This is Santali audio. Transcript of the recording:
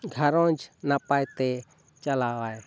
ᱜᱷᱟᱨᱚᱸᱡᱽ ᱱᱟᱯᱟᱭ ᱛᱮ ᱪᱟᱞᱟᱣ ᱟᱭ